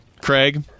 Craig